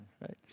right